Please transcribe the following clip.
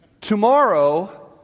Tomorrow